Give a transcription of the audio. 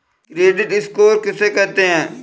Credit score किसे कहते हैं?